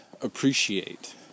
appreciate